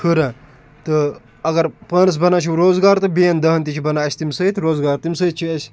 ہُران تہٕ اَگر پانَس بَنان چھُو روزگار تہٕ بیٚیَن دانہٕ تہِ چھِ بَنان اَسہِ تَمہِ سۭتۍ روزگار تَمہِ سۭتۍ چھِ أسۍ